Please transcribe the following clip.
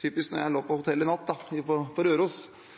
jeg lå på